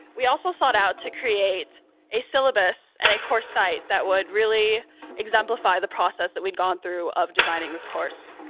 we also sought out to create a syllabus and a course site that would really exemplify the process that we'd gone through of designing this course.